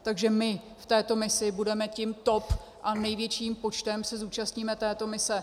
Takže my v této misi budeme tím top a největším počtem se zúčastníme této mise.